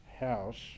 house